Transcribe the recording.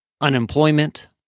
unemployment